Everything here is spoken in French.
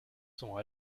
sont